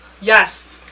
Yes